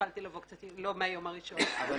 לנכון לבנות את הזיקה השלטונית בדרך של אותו